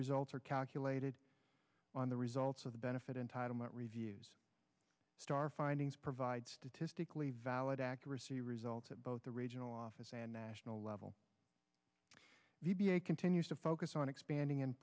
results are calculated on the results of the benefit entitlement reviews star findings provide statistically valid accuracy results at both the regional office and national level d b a continues to focus on expanding